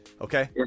Okay